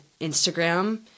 Instagram